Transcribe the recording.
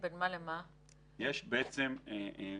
בין מה למה עשיתם איחוד?